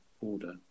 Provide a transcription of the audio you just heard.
order